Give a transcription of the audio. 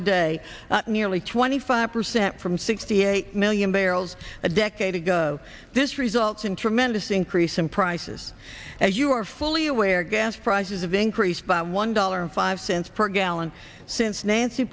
a day nearly twenty five percent from sixty eight million barrels a decade ago this results in tremendous increase in prices as you are fully aware gas prices have increased by one dollar and five cents per gallon since nancy